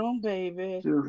baby